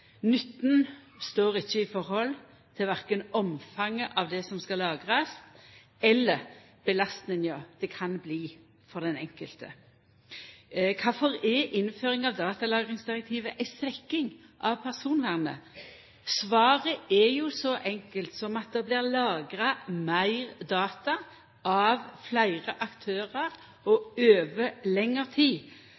Nytten står ikkje i forhold til verken omfanget av det som skal lagrast, eller belastninga det kan bli for den enkelte. Kvifor er innføringa av datalagringsdirektivet ei svekking av personvernet? Svaret er så enkelt som at det blir lagra meir data av fleire aktørar og